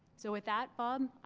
so with that bob,